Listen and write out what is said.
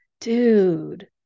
dude